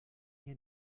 hier